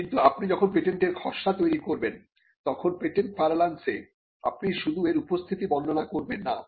কিন্তু আপনি যখন পেটেন্টের খসড়া তৈরি করবেন তখন পেটেন্ট পারলান্সে আপনি শুধু এর উপস্থিতি বর্ণনা করবেন না